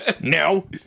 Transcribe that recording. no